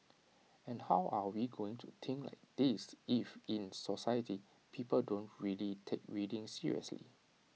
and how are we going to think like this if in society people don't really take reading seriously